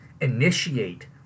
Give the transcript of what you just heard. initiate